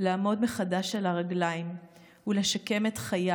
לעמוד מחדש על הרגליים ולשקם את חיי